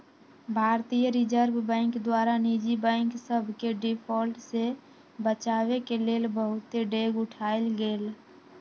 भारतीय reserve bank द्वारा निजी बैंक सभके डिफॉल्ट से बचाबेके लेल बहुते डेग उठाएल गेल